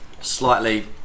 slightly